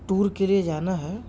tour کے لئے جانا ہے